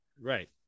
Right